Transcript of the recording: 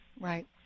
Right